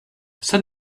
set